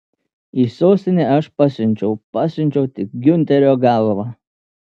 į sostinę aš pasiunčiau pasiunčiau tik giunterio galvą